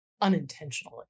unintentionally